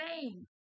name